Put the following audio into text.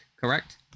correct